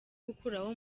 gukuraho